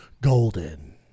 GOLDEN